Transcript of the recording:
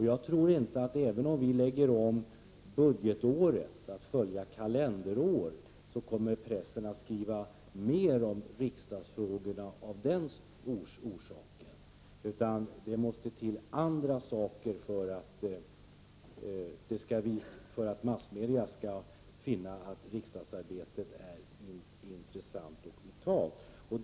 Jag tror inte att pressen kommer att skriva mer om riksdagsfrågorna äv n om budgetåret läggs om och följer kalenderår, utan det måste till andra saker för att massmedia skall finna att riksdagsarbetet är intressant och vitalt.